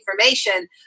information